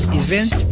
event